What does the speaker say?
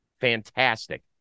Fantastic